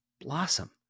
blossom